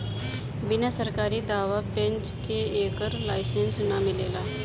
बिना सरकारी दाँव पेंच के एकर लाइसेंस ना मिलेला